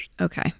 Okay